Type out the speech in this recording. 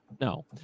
No